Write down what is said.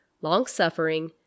long-suffering